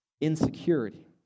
insecurity